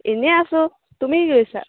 এনেই আছো তুমি কি কৰিছা